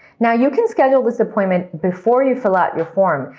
now, you can schedule this appointment before you fill out your form,